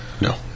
No